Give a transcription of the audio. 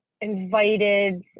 invited